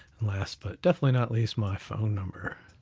and last, but definitely not least my phone number.